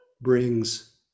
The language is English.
brings